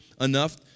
enough